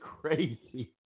crazy